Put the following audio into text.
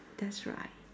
that's right